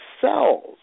cells